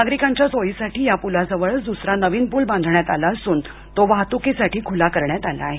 नागरिकांच्या सोयीसाठी या पुलाजवळच द्सरा नवीन पूल बांधण्यात आला असून तो वाहतुकीसाठी खुला करण्यात आला आहे